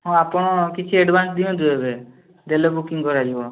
ହଁ ଆପଣ କିଛି ଏଡ଼ଭାନ୍ଶ ଦିଅନ୍ତୁ ଏବେ ଦେଲେ ବୁକିଂ କରାଯିବ